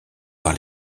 par